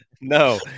no